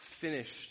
finished